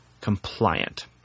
compliant